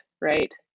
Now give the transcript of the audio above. right